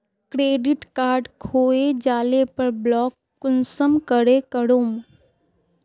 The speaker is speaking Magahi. क्रेडिट कार्ड खोये जाले पर ब्लॉक कुंसम करे करूम?